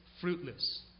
fruitless